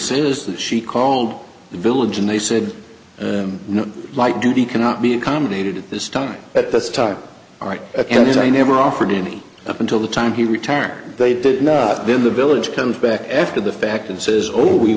says that she called the village and they said no light duty cannot be accommodated at this time at this time all right and i never offered any up until the time he retire they did not then the village comes back after the fact and says oh we